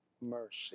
mercy